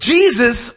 Jesus